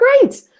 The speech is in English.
great